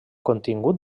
contingut